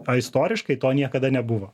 o istoriškai to niekada nebuvo